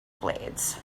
blades